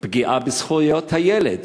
פגיעה בזכויות הילד.